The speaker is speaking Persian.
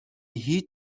هیچ